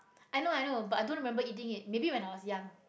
I know I know but I don't remember eating it maybe when I was young